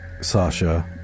Sasha